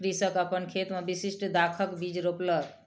कृषक अपन खेत मे विशिष्ठ दाखक बीज रोपलक